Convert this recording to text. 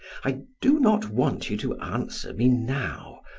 i do not want you to answer me now.